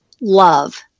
Love